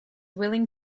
willing